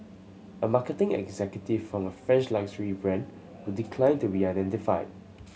a marketing executive from a French luxury brand who declined to be identified